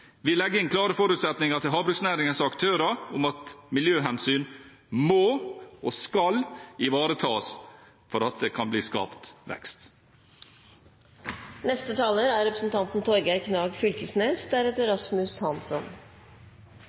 Vi legger inn klare forutsetninger til havbruksnæringens aktører om at miljøhensyn må og skal ivaretas for at det kan bli skapt vekst. Oppdrettsnæringa er